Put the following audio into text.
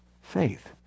faith